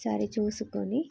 సరి చూసుకుని